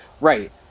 right